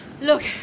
Look